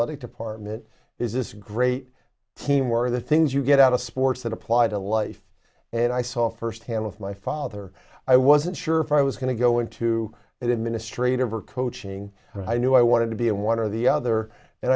it department is this great team where the things you get out of sports that apply to life and i saw firsthand with my father i wasn't sure if i was going to go into that administrative or coaching and i knew i wanted to be in one or the other and